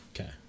Okay